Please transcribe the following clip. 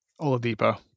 Oladipo